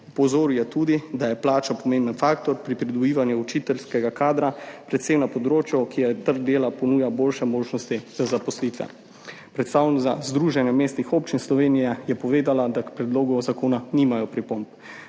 Opozoril je tudi, da je plača pomemben faktor pri pridobivanju učiteljskega kadra, predvsem na področju, kjer trg dela ponuja boljše možnosti za zaposlitve. Predstavnica Združenja mestnih občin Slovenije je povedala, da k predlogu zakona nimajo pripomb.